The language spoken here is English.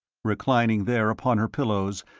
reclining there upon her pillows,